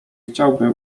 chciałbym